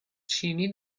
چینی